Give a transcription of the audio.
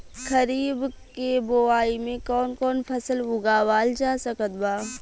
खरीब के बोआई मे कौन कौन फसल उगावाल जा सकत बा?